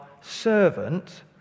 servant